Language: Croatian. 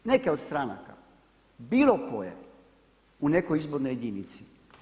Neke od stranaka, bilo koje u nekoj izbornoj jednici.